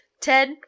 Ted